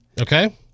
Okay